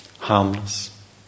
harmless